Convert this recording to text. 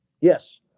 Yes